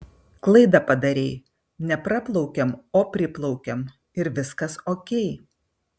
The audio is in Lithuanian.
klaidą padarei ne praplaukiam o priplaukiam ir viskas okei